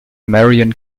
marion